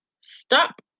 stop